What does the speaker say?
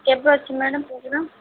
କେବେ ଅଛି madam programme